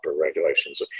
regulations